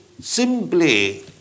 simply